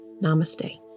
Namaste